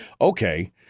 Okay